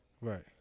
Right